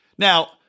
Now